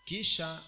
Kisha